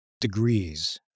degrees